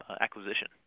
acquisition